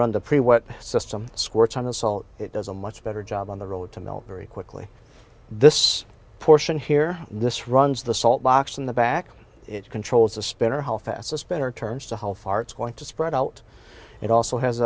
on the salt it does a much better job on the road to melt very quickly this portion here this runs the salt box in the back it controls the spinner how fast the spinner turns to how far it's going to spread out it also has